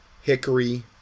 Hickory